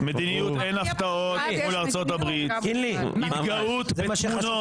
מדיניות "אין הפתעות" מול ארצות הברית ------- התגאות בתמונות